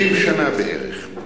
30 שנה, בערך.